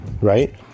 Right